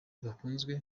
bakunzwe